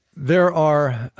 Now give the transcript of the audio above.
there are,